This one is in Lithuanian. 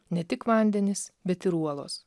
ne tik vandenys bet ir uolos